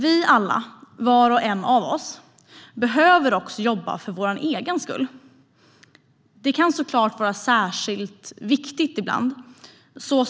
Vi alla, var och en av oss, behöver också jobba för vår egen skull. Det kan såklart vara särskilt viktigt ibland.